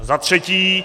Zatřetí.